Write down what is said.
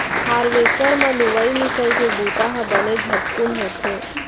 harvester म लुवई मिंसइ के बुंता ह बने झटकुन होथे